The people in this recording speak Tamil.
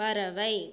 பறவை